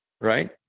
right